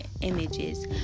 images